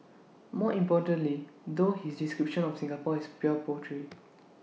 more importantly though his description of Singapore is pure poetry